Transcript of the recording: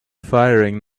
firing